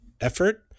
effort